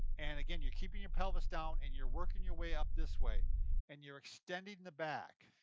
and again, you're keeping your pelvis down and you're working your way up this way and you're extending the back.